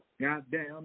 goddamn